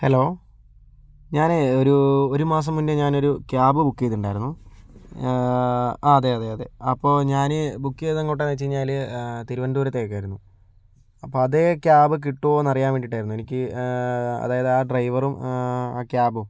hello ഞാനേയ് ഒരു ഒരുമാസം മുന്നെ ഞാനൊരു ക്യാബ് ബുക്ക് ചെയ്തിട്ടുണ്ടായിരുന്നു ആ അതെ അതെ അതെ അപ്പോൾ ഞാൻ ബുക്ക് ചെയ്തതെങ്ങോട്ടാണെന്ന് വെച്ചു കഴിഞ്ഞാല് തിരുവനന്തപുരത്തേയ്ക്കായിരുന്നു ആപ്പോൾ അതേ ക്യാബ് കിട്ടുമോ എന്നറിയാൻ വേണ്ടിയിട്ടായിരുന്നു എനിക്ക് അതായത് ആ ഡ്രൈവറും ആ ക്യാബും